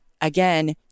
again